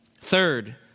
Third